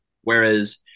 whereas